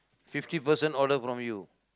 fifty person order from you